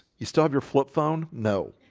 you still have your flip phone? no